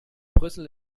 brüssel